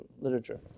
literature